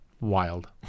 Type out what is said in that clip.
wild